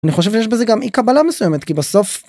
אני חושב שיש בזה גם אי-קבלה מסוימת, כי בסוף